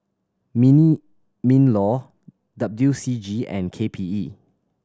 mean MinLaw W C G and K P E